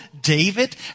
David